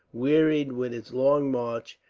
wearied with its long march,